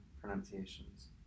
pronunciations